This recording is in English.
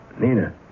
Nina